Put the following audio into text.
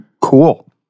Cool